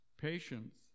patience